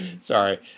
Sorry